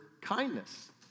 kindness